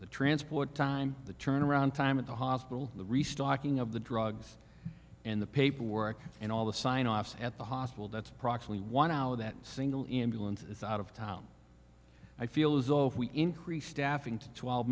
the transport time the turnaround time at the hospital the restocking of the drugs and the paperwork and all the sign offs at the hospital that's probably one hour that single imbalance is out of town i feel as though if we increase staffing to twelve